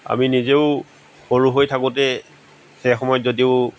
আমি নিজেও সৰু হৈ থাকোতে সেই সময়ত যদিও